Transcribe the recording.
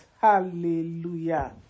hallelujah